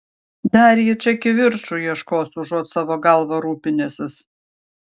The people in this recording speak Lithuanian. dar jis čia kivirču ieškos užuot savo galva rūpinęsis